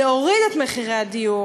להוריד את מחירי הדיור,